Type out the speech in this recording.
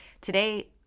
today